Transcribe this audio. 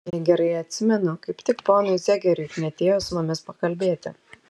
jei gerai atsimenu kaip tik ponui zegeriui knietėjo su mumis pakalbėti